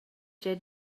gie